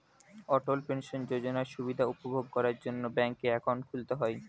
অটল pension যোজনার সুবিধা উপভোগ করার জন্যে ব্যাংকে অ্যাকাউন্ট খুলতে হয়